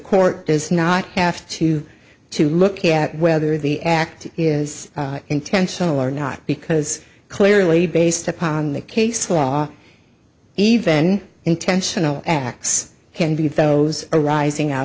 court does not have to to look at whether the act is intentional or not because clearly based upon the case law even intentional acts can be those arising out